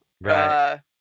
Right